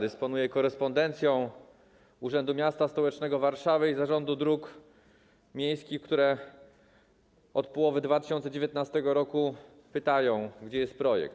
Dysponuję korespondencją Urzędu Miasta Stołecznego Warszawy i Zarządu Dróg Miejskich, które od połowy 2019 r. pytają, gdzie jest projekt.